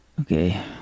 okay